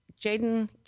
Jaden